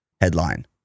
headline